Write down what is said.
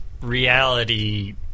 reality